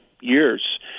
years